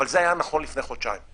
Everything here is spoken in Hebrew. אבל זה היה נכון לפני חודשיים.